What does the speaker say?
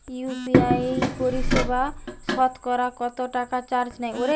UPI পরিসেবায় সতকরা কতটাকা চার্জ নেয়?